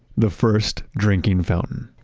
the first drinking fountain.